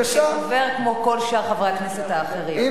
וידבר כמו כל שאר חברי הכנסת האחרים.